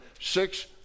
Six